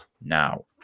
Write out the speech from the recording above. now